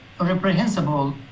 reprehensible